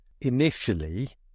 initially